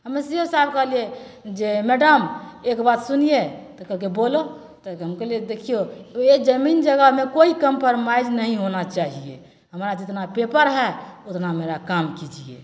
हमे सी ओ साहेबके कहलिए जे मैडम एक बात सुनिए ओ कहलकै बोलो हम कहलिए देखिऔ ओहि जमीन जगहमे कोइ कॉम्प्रोमाइज नहीं होना चाहिए हमारा जितना पेपर है उतना मेरा काम कीजिए